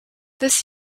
this